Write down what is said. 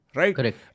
right